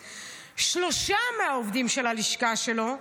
שלושה מהעובדים של הלשכה שלו,